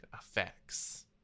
effects